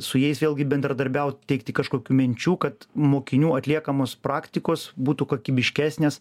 su jais vėlgi bendradarbiaut teikti kažkokių minčių kad mokinių atliekamos praktikos būtų kokybiškesnės